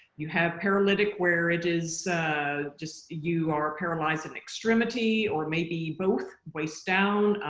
you have paralytic where it is just you are paralyzed and extremity or maybe both waist down,